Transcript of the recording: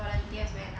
volunteers right now